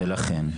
ולכן,